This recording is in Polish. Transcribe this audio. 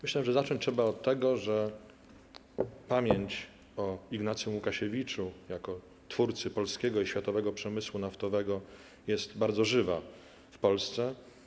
Myślę, że zacząć trzeba od tego, że pamięć o Ignacym Łuksiewiczu jako twórcy polskiego i światowego przemysłu naftowego jest bardzo żywa w Polsce.